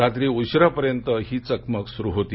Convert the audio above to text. रात्री उशिरा पर्यंत ही चकमक सुरु होती